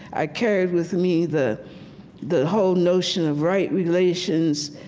i carried with me the the whole notion of right relations.